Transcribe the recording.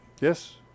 Yes